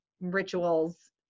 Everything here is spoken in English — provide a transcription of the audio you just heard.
rituals